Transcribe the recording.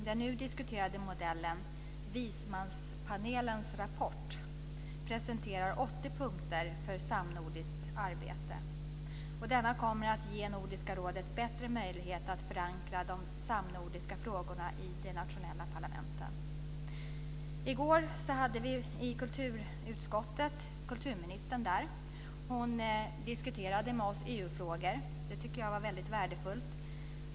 Den nu diskuterade modellen, Vismanspanelens rapport, presenterar 80 punkter för samnordiskt arbete. Detta kommer att ge Nordiska rådet bättre möjlighet att förankra de samnordiska frågorna i de nationella parlamenten. I går hade vi kulturministern i kulturutskottet. Hon diskuterade EU-frågor med oss. Det tycker jag var värdefullt.